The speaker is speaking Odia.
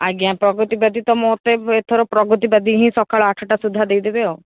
ଆଜ୍ଞା ପ୍ରଗଦିବାଦୀ ତ ମୋତେ ଏଥର ପ୍ରଗଦିବାଦୀ ହିଁ ସକାଳ ଆଠଟା ସୁଦ୍ଧା ଦେଇଦେବେ ଆଉ